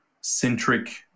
centric